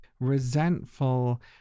resentful